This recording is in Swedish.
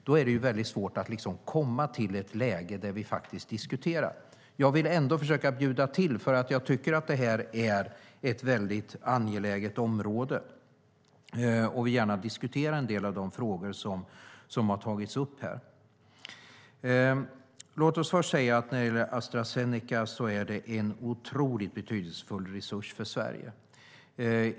Då är det väldigt svårt att komma till ett läge där vi faktiskt diskuterar. Jag vill ändå försöka bjuda till, för jag tycker att detta är ett angeläget område och vill gärna diskutera en del av de frågor som har tagits upp här. Låt oss först säga att Astra Zeneca är en otroligt betydelsefull resurs för Sverige.